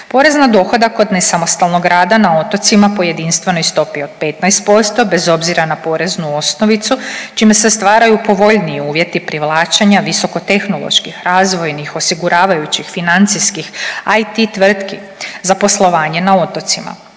Porez na dohodak od nesamostalnog rada na otocima po jedinstvenoj stopi od 15% bez obzira na poreznu osnovicu čime se stvaraju povoljniji uvjeti privlačenja visokotehnoloških, razvojnih, osiguravajućih, financijskih IT tvrtki za poslovanje na otocima.